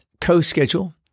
co-schedule